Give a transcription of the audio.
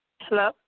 hello